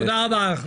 תודה רבה.